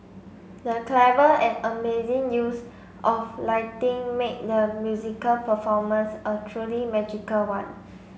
the clever and amazing use of lighting made the musical performance a truly magical one